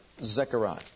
Zechariah